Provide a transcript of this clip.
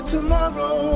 Tomorrow